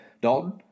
Dalton